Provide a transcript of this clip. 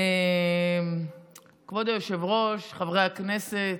כבוד היושב-ראש, חברי הכנסת,